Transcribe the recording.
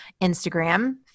Instagram